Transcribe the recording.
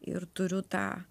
ir turiu tą